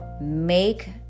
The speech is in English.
Make